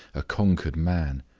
a conquered man.